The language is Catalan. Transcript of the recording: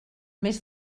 mes